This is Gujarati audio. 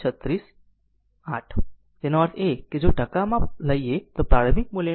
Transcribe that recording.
368 છે તેનો અર્થ એ કે જો ટકા માં લઈએ કે જે પ્રારંભિક મૂલ્યનું 36